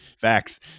facts